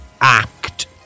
act